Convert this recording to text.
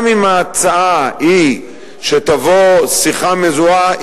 גם אם ההצעה היא שתבוא שיחה מזוהה,